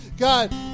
God